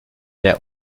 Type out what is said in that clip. der